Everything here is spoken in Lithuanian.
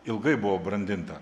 ilgai buvo brandinta